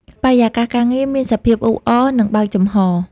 បរិយាកាសការងារមានសភាពអ៊ូអរ និងបើកចំហរ។